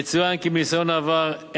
יצוין כי מניסיון העבר,